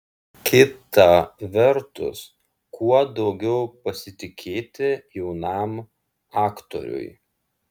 kita vertus kuo daugiau pasitikėti jaunam aktoriui